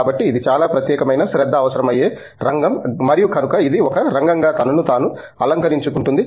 కాబట్టి ఇది చాలా ప్రత్యేకమైన శ్రద్ధ అవసరమయ్యే రంగం మరియు కనుక ఇది ఒక రంగంగా తనను తాను అలంకరించుకుంటుంది